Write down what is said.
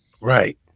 Right